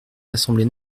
l’assemblée